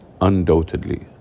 undoubtedly